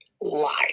lie